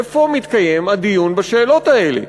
איפה מתקיים הדיון בשאלות האלה?